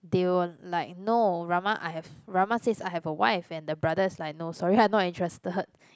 they were like no Rahma I have Rahma says I have a wife and the brother is like no sorry I not interested